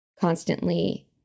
constantly